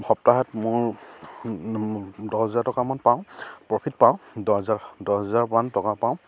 সপ্তাহত মোৰ দহ হাজাৰ টকামান পাওঁ প্ৰফিট পাওঁ দহ হাজাৰ দহ হাজাৰ মান টকা পাওঁ